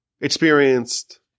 experienced